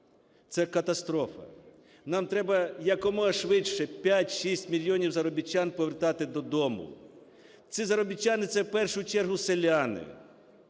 Це катастрофа. Нам треба якомога швидше 5-6 мільйонів заробітчан повертати додому. Ці заробітчани - це в першу чергу селяни.